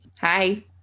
Hi